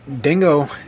Dingo